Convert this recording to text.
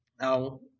Now